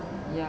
ya